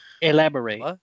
Elaborate